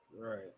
Right